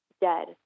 dead